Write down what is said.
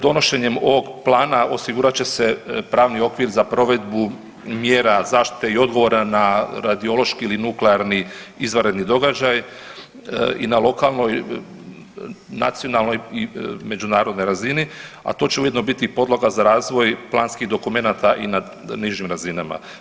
Donošenjem ovog plana osigurat će se pravni okvir za provedbu mjera zaštite i odgovora na radiološki ili nuklearni izvanredni događaj i na lokalnoj nacionalnoj i međunarodnoj razini, a to će ujedno biti i podloga za razvoj planskih dokumenata i na nižim razinama.